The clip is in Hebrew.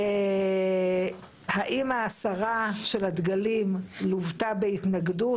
האם הסרת הדגלים לוותה בהתנגדות?